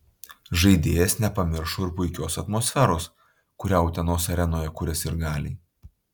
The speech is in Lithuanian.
žaidėjas nepamiršo ir puikios atmosferos kurią utenos arenoje kuria sirgaliai